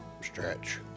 stretch